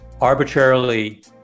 arbitrarily